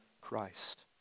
Christ